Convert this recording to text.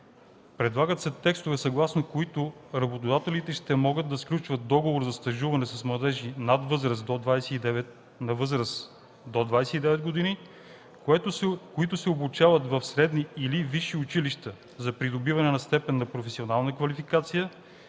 Предлагат се текстове, съгласно които работодателите ще могат да сключват договор за стажуване с младежи на възраст до 29 години, които се обучават в средни или висши училища за придобиване на степен на професионална квалификация